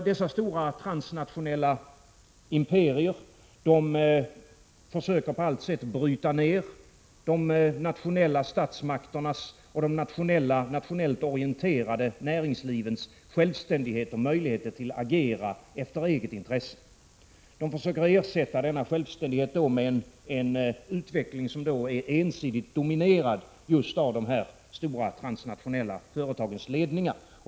Dessa stora transnationella imperier försöker på allt sätt bryta ner de nationella statsmakternas och det nationellt 57 orienterade näringslivets självständighet och möjligheter till agerande efter eget intresse. De försöker ersätta denna självständighet med en utveckling som är ensidigt dominerad av dessa stora transnationella företags ledningar.